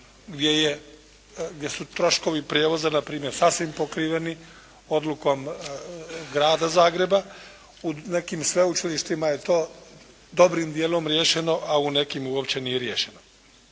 gdje su troškovi prijevoza na primjer sasvim pokriveni odlukom grada Zagreba. U nekim sveučilištima je to dobrim dijelom riješeno, a u nekim uopće nije riješeno.